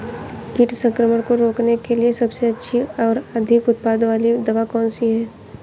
कीट संक्रमण को रोकने के लिए सबसे अच्छी और अधिक उत्पाद वाली दवा कौन सी है?